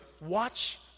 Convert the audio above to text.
Watch